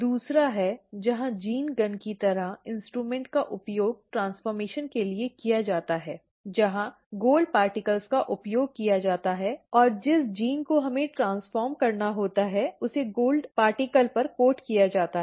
दूसरा है जहां जीन गन की तरह इंस्ट्रूमेंट का उपयोग ट्रांसफॉर्मेशन के लिए किया जाता है जहां सोने के कणों का उपयोग किया जाता है और जिस जीन को हमें ट्रांसफॉर्म करना होता है उसे गोल्ड पार्टिकल पर कोट किया जाता है